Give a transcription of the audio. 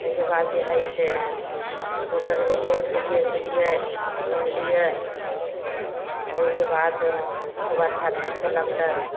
ताहिकेबाद जे हइ से होटल गेलिए खेलिए पिलिए घुमलिए ओहिके बाद खूब अच्छा ढङ्गसँ लागलै